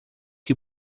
que